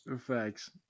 Thanks